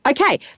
okay –